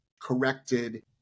corrected